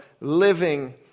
living